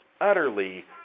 utterly